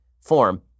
form